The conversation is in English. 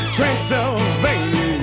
Transylvania